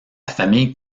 famille